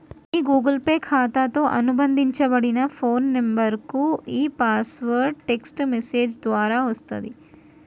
మీ Google Pay ఖాతాతో అనుబంధించబడిన phone నంబర్కు ఈ పాస్వర్డ్ టెక్ట్స్ మెసేజ్ ద్వారా వస్తది